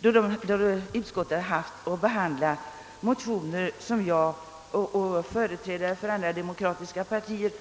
då utskottet haft att behandla motioner som jag tillsammans med företrädare för andra demokratiska partier